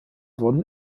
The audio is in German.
wurden